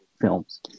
films